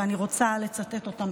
ואני רוצה לצטט אותם,